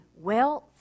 wealth